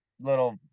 little